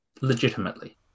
legitimately